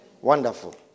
Wonderful